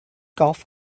golf